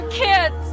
kids